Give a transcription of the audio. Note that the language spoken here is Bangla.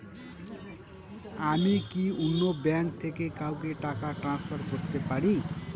আমি কি অন্য ব্যাঙ্ক থেকে কাউকে টাকা ট্রান্সফার করতে পারি?